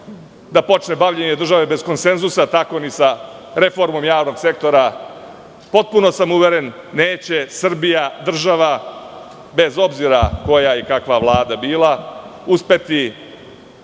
da počne bavljenje države bez konsenzusa, tako ni sa reformom javnog sektora, potpuno sam uveren, neće Srbija država, bez obzira koja i kakva Vlada bila uspeti